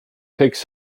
picks